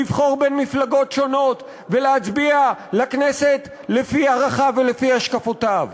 לבחור בין מפלגות שונות ולהצביע לכנסת לפי הערכה ולפי השקפותיו.